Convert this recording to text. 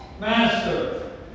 Master